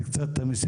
הולכים